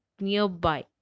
nearby